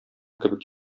кебек